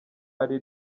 ari